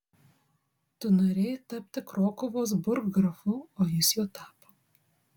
tu norėjai tapti krokuvos burggrafu o jis juo tapo